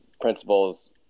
principles